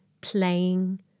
playing